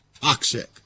toxic